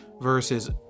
versus